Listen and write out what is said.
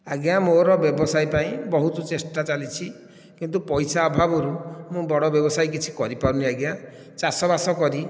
ଆଜ୍ଞା ମୋର ବ୍ୟବସାୟ ପାଇଁ ବହୁତ ଚେଷ୍ଟା ଚାଲିଛି କିନ୍ତୁ ପଇସା ଅଭାବରୁ ମୁଁ ବଡ଼ ବ୍ୟବସାୟ କିଛି କରିପାରୁନି ଆଜ୍ଞା ଚାଷବାସ କରି